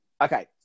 Okay